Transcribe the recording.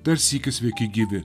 dar sykį sveiki gyvi